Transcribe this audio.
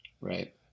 Right